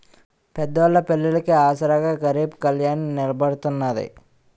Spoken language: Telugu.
పేదోళ్ళ పెళ్లిళ్లికి ఆసరాగా గరీబ్ కళ్యాణ్ నిలబడతాన్నది